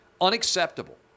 Unacceptable